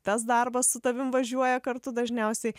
tas darbas su tavim važiuoja kartu dažniausiai